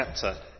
chapter